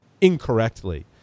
incorrectly